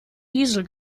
diesel